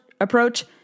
approach